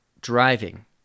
driving